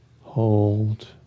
hold